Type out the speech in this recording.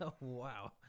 wow